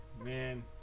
man